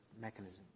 mechanism